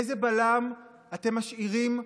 איזה בלם אתם משאירים?